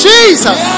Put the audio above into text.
Jesus